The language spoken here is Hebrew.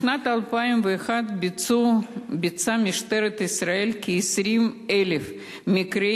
בשנת 2011 ביצעה משטרת ישראל כ-20,000 מקרי